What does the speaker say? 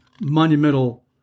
monumental